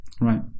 Right